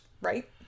Right